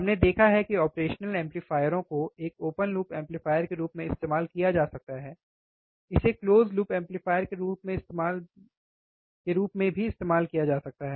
हमने देखा है कि ऑपरेशनल एम्पलीफायरों को एक ओपन लूप एम्पलीफायर के रूप में इस्तेमाल किया जा सकता है इसे क्लोज़ लूप एम्पलीफायर के रूप में इस्तेमाल किया जा सकता है